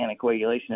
anticoagulation